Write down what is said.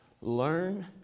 learn